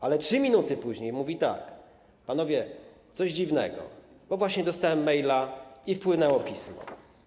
Ale 3 minuty później mówi tak: panowie, coś dziwnego, bo właśnie dostałem maila i wpłynęło pismo.